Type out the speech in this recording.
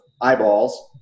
eyeballs